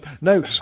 No